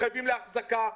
מתחייבים להחזקה.